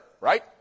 right